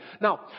Now